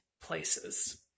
places